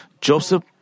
Joseph